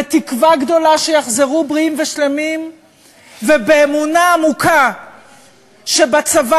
בתקווה גדולה שיחזרו בריאים ושלמים ובאמונה עמוקה שבצבא